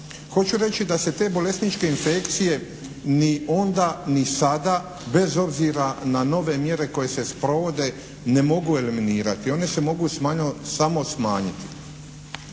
Hoću reći da se te bolesničke infekcije ni onda ni sada bez obzira na nove mjere koje se sprovode ne mogu eliminirati. One se mogu samo smanjiti.